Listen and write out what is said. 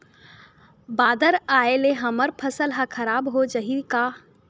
बादर आय ले हमर फसल ह खराब हो जाहि का?